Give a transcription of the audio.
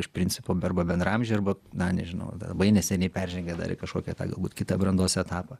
iš principo arba bendraamžiai arba na nežinau dar labai neseniai peržengę dar į kažkokią galbūt kitą brandos etapą